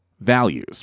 values